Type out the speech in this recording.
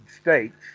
states